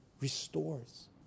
restores